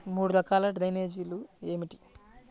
మూడు రకాల డ్రైనేజీలు ఏమిటి?